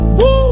woo